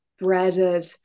breaded